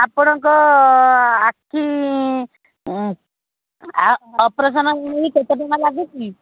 ଆପଣଙ୍କ ଆଖି ଅପରେସନ୍ ହେଲେ କେତେ ଟଙ୍କା ଲାଗୁଛି